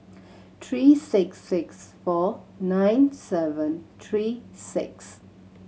three six six four nine seven three six